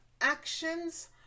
actions